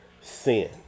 Sin